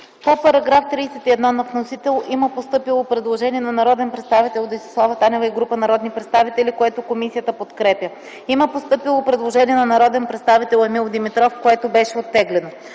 По § 6 има постъпило предложение от народния представител Десислава Танева и група народни представители, което комисията подкрепя. Има постъпило предложение на народния представител Пенко Атанасов, което беше оттеглено.